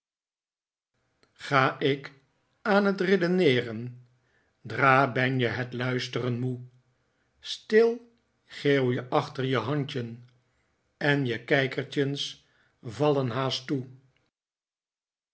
ga ik aan het redeneeren dra ben je het luisteren moe stil geeuw je achter je handjen en je kijkertjens vallen haast toe